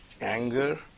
anger